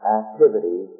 activity